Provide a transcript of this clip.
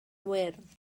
wyrdd